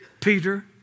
Peter